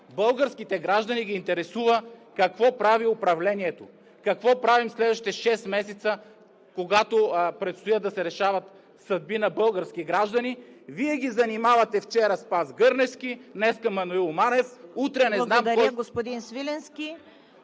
Българските граждани ги интересува какво прави управлението, какво правим следващите шест месеца, когато предстои да се решават съдби на български граждани. Вие ги занимавате – вчера Спас Гърневски, днес Маноил Манев, утре не знам кой... ПРЕДСЕДАТЕЛ